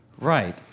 Right